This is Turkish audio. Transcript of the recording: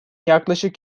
yaklaşık